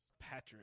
Patrick